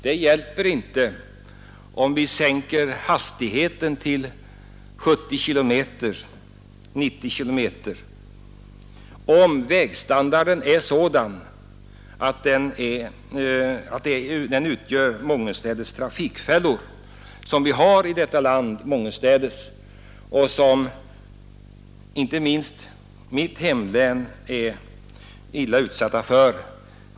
Det hjälper inte om vi sänker hastigheten till 70 eller 90 kilometer i timmen, om vägstandarden är sådan att trafikfällor mångenstädes uppstår. Inte minst mitt hemlän är illa utsatt för sådana.